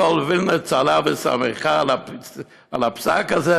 כל וילנה צהלה ושמחה על הפסק הזה,